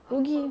rugi